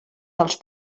dels